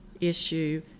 issue